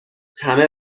همه